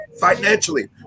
financially